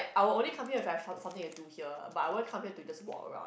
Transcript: I will only come here if I have something something to do here but I won't come here to just walk around